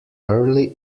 early